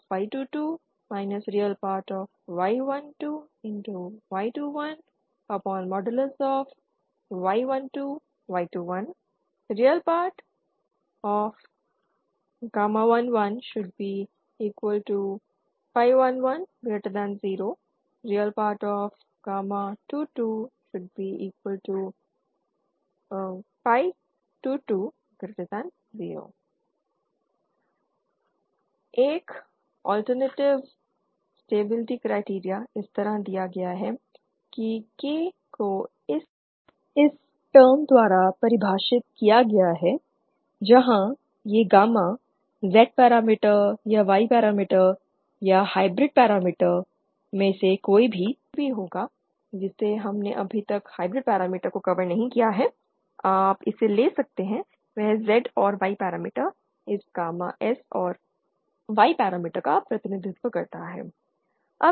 K1 with K2Re11Re22 Re12211221 Re11110 Re22220 एक alternative stability criteria इस तरह दिया गया है कि K को इस टर्म द्वारा परिभाषित किया गया है जहां यह गामा Z पैरामीटर या Y पैरामीटर या हाइब्रिड पैरामीटर में से कोई भी होगा जिसे हमने अभी तक हाइब्रिड पैरामीटर को कवर नहीं किया है आप इसे ले सकते हैं वह Z और Y पैरामीटर इस गामा Z और Y पैरामीटर का प्रतिनिधित्व करता है